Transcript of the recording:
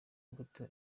imbuto